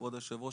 כבוד היושב-ראש,